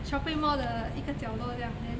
shopping mall 的一个角落这样 then